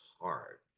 hard